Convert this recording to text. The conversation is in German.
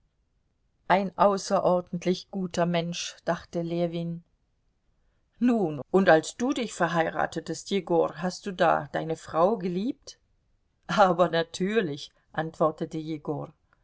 ein außerordentlich guter mensch dachte ljewin nun und als du dich verheiratetest jegor hast du da deine frau geliebt aber natürlich antwortete jegor